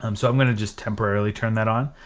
um so i'm gonna just temporarily turn that on,